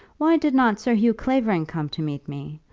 why did not sir hugh clavering come to meet me?